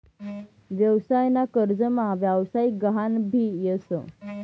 व्यवसाय ना कर्जमा व्यवसायिक गहान भी येस